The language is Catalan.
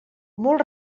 molt